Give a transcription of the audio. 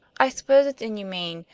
i suppose it's inhumane,